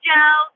Joe